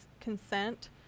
consent